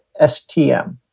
STM